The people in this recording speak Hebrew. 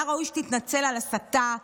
היה ראוי שתתנצל על הסתה,